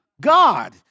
God